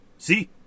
See